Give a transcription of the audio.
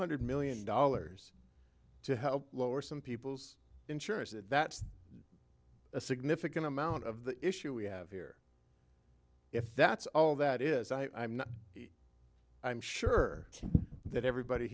hundred million dollars to help lower some people's insurance and that's a significant amount of the issue we have here if that's all that is i i'm sure that everybody